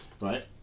Right